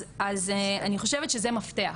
אז אני חושבת שזה המפתח,